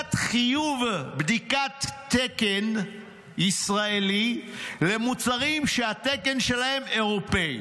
הורדת חיוב בדיקת תקן ישראלי למוצרים שהתקן שלהם אירופי.